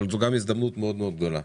אבל זו גם הזדמנות מאד מאד גדולה,